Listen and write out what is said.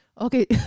Okay